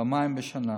פעמיים בשנה,